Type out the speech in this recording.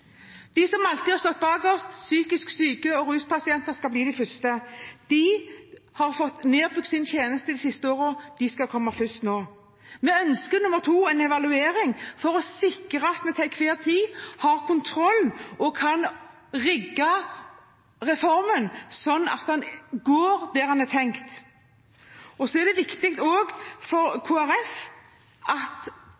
De som alltid har stått bakerst – psykisk syke og ruspasienter – skal bli de første. De har fått nedbygd sine tjenester de siste årene, de skal komme først nå. Vi ønsker – punkt 2 – en evaluering for å sikre at vi til enhver tid har kontroll og kan rigge reformen slik at den går slik den er tenkt. Og for det tredje er det viktig også for Kristelig Folkeparti at